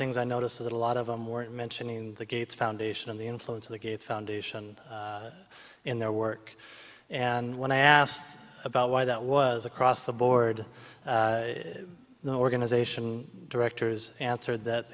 things i notice is a lot of them were mentioning the gates foundation and the influence of the gates foundation in their work and when i asked about why that was across the board the organization directors answered that